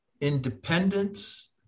independence